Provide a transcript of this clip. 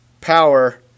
power